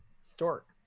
Stork